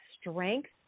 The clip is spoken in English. strength